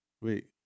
Wait